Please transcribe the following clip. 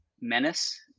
Menace